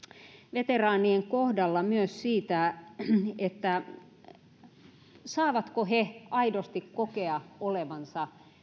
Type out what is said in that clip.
veteraanien kohdalla myös siitä saavatko he aidosti kokea olevansa